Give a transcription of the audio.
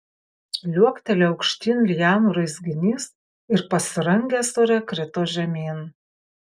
liuoktelėjo aukštyn lianų raizginys ir pasirangęs ore krito žemyn